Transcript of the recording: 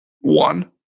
one